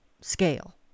scale